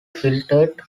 filtered